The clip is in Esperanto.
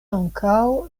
ankaŭ